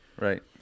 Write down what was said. Right